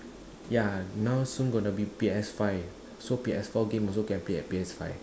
ya now soon gonna be P_S five so P_S four games also can play on P_S five